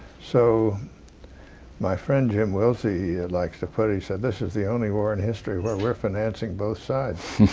so my friend jim wilsie likes to put it he said, this is the only war in history where we're financing both sides